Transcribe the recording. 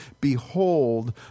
behold